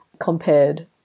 compared